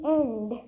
end